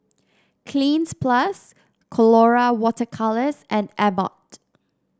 Cleanz Plus Colora Water Colours and Abbott